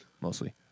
mostly